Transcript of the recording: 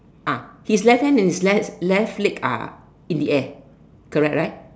ah his left hand and his left leg are in the air